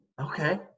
Okay